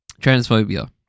transphobia